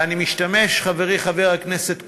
ואני משתמש, חברי חבר הכנסת כהן,